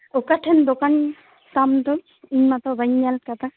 ᱚᱠᱟᱴᱷᱮᱱ ᱫᱚᱠᱟᱱ ᱛᱟᱢ ᱫᱚ ᱤᱧ ᱢᱟᱛᱚ ᱵᱟᱹᱧ ᱧᱮᱞ ᱠᱟᱫᱟ